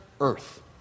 earth